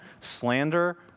slander